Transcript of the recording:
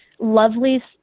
Lovely